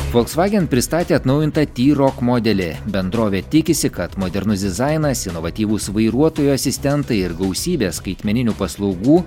folksvagen pristatė atnaujintą tyrok modelį bendrovė tikisi kad modernus dizainas inovatyvūs vairuotojo asistentai ir gausybė skaitmeninių paslaugų